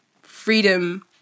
freedom